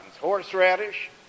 horseradish